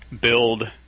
build